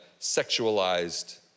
sexualized